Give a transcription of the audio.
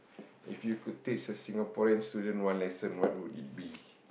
if you could teach a Singaporean student one lesson what would it be